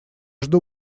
жду